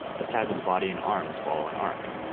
let's have his body and arms follow an arc.